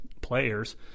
players